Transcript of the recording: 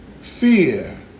fear